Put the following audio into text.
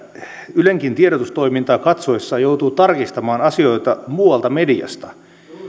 ylenkin tiedotustoimintaa katsoessaan joutuu tarkistamaan asioita muualta mediasta